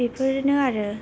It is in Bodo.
बेफोरनो आरो